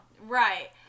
Right